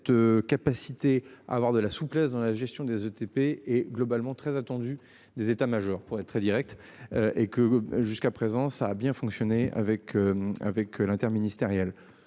Cette capacité à avoir de la souplesse dans la gestion des ETP est globalement très attendue des états majors pour être très Direct. Et que jusqu'à présent, ça a bien fonctionné avec. Avec l'interministérielle.